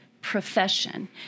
profession